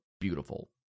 beautiful